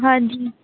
ਹਾਂਜੀ